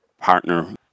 partner